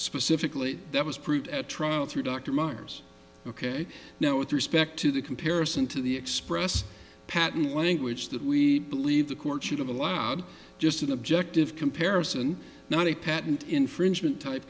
specifically that was proved at trial through dr myers ok now with respect to the comparison to the express patent language that we believe the court should have allowed just an objective comparison not a patent infringement type